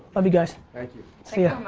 love you guys. thank you. see ya.